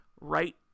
right